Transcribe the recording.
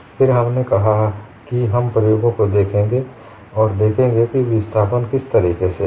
फिर हमने कहा कि हम प्रयोगों को देखेंगे और देखेंगे कि विस्थापन किस तरह से है